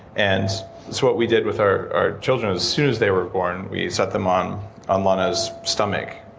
and so what we did with our our children, as soon as they were born, we set them on on lana's stomach,